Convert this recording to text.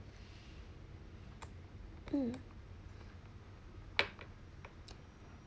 mm